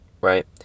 right